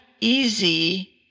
easy